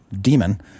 demon